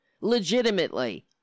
legitimately